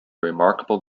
remarkable